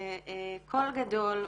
בקול גדול,